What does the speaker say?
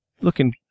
Looking